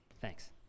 thanks